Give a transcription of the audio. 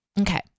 Okay